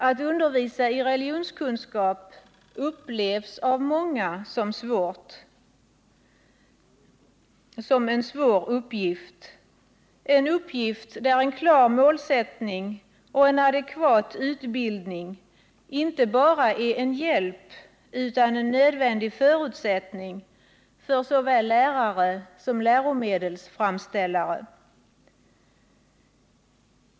Att undervisa i religionskunskap upplevs av många som en svår uppgift, en uppgift där en klar målsättning och en adekvat utbildning inte bara är en hjälp utan en nödvändig förutsättning för såväl lärare som läromedelsframställare.